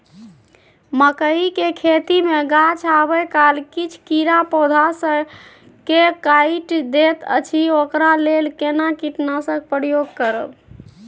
मकई के खेती मे गाछ आबै काल किछ कीरा पौधा स के काइट दैत अछि ओकरा लेल केना कीटनासक प्रयोग करब?